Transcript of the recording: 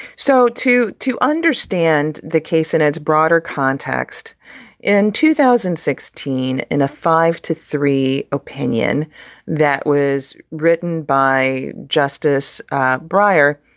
so to to understand the case and its broader context in two thousand and sixteen, in a five to three opinion that was written by justice breyer,